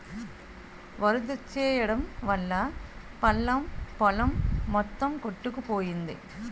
వరదొచ్చెయడం వల్లా పల్లం పొలం మొత్తం కొట్టుకుపోయింది